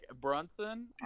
Brunson